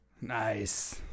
nice